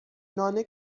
نان